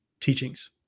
teachings